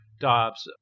Dobbs